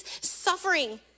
suffering